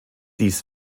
dies